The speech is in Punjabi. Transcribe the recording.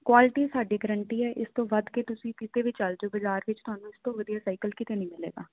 ਕੁਆਲਿਟੀ ਸਾਡੀ ਗਰੰਟੀ ਹੈ ਇਸ ਤੋਂ ਵੱਧ ਕੇ ਤੁਸੀਂ ਕਿਸੇ ਵੀ ਚੱਲ ਜਾਓ ਬਾਜ਼ਾਰ ਵਿੱਚ ਤੁਹਾਨੂੰ ਇਸ ਤੋਂ ਵਧੀਆ ਸਾਈਕਲ ਕਿਤੇ ਨਹੀਂ ਮਿਲੇਗਾ